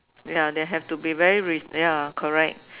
ya they have to be very ya correct